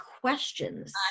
questions